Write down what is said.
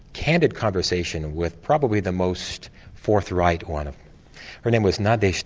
candid conversation with probably the most forthright one, her name was nadia,